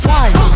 one